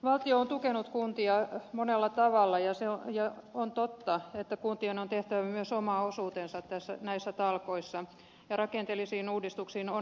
valtio on tukenut kuntia monella tavalla ja on totta että kuntien on tehtävä myös oma osuutensa näissä talkoissa ja rakenteellisiin uudistuksiin on mahdollisuuksia